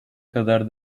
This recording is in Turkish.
kadar